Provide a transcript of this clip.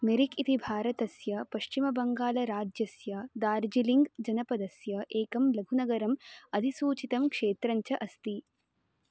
मेरिक् इति भारतस्य पश्चिमवङ्गालराज्यस्य दार्जिलिङ्ग् जनपदस्य एकं लघुनगरम् अधिसूचितं क्षेत्रं च अस्ति